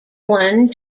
one